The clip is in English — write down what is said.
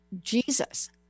Jesus